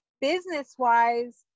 Business-wise